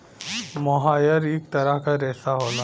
मोहायर इक तरह क रेशा होला